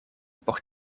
por